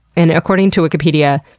and according to wikipedia,